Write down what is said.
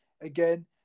again